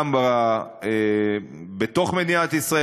גם בתוך מדינת ישראל,